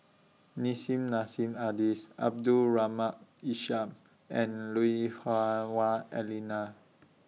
Nissim Nassim Adis Abdul Rahim Ishak and Lui Hah Wah Elena